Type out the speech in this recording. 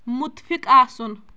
مُتفِق آسُن